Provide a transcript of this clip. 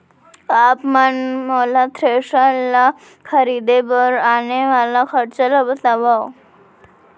आप मन मोला थ्रेसर ल खरीदे बर आने वाला खरचा ल बतावव?